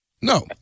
No